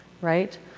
right